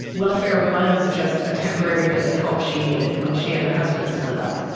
welfare was just a temporary bit of help she needed when she and her husband split up,